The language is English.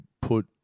put